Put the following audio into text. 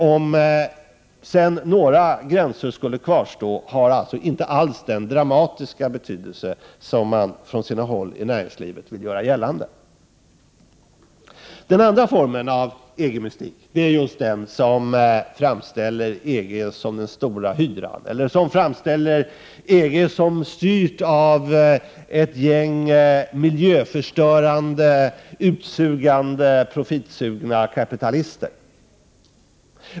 Um sedan nagra granser skulle kvarsta har detta inte alls den dramatiska betydelse som man från vissa håll inom näringslivet vill göra gällande. Den andra formen av EG-mystik är den som framställer EG som den stora hydran, eller som styrt av ett gäng miljöförstörande, utsugande och profithungriga kapitalister.